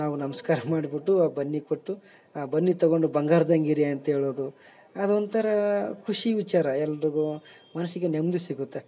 ನಾವು ನಮ್ಸ್ಕಾರ ಮಾಡ್ಬಿಟ್ಟು ಬನ್ನಿ ಕೊಟ್ಟು ಬನ್ನಿ ತಗೊಂಡು ಬಂಗಾರ್ದಂಗೆ ಇರಿ ಅಂತ ಹೇಳೋದು ಅದು ಒಂಥರ ಖುಷಿ ವಿಚಾರ ಎಲ್ರಿಗೂ ಮನಸ್ಸಿಗೆ ನೆಮ್ಮದಿ ಸಿಗುತ್ತೆ